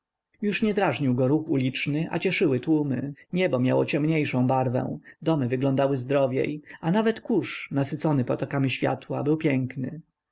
już nie drażnił go ruch uliczny a cieszyły tłumy niebo miało ciemniejszą barwę domy wyglądały zdrowiej a nawet kurz nasycony potokami światła był piękny